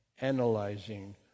analyzing